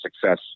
success